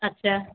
अच्छा